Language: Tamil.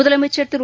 முதலமைச்சர் திரு